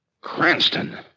Cranston